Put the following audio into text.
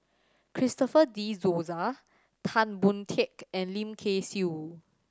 Christopher De Souza Tan Boon Teik and Lim Kay Siu